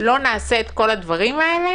לא נעשה את כל הדברים האלה,